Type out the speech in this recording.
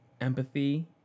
empathy